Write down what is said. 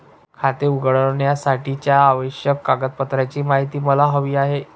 खाते उघडण्यासाठीच्या आवश्यक कागदपत्रांची माहिती मला हवी आहे